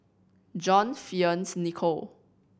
John Fearns Nicoll